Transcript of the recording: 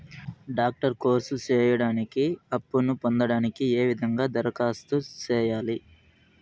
Doctor course సేయడానికి అప్పును పొందడానికి ఏ విధంగా దరఖాస్తు సేయాలి?